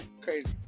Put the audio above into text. Crazy